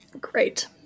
great